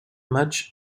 match